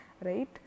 right